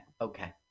okay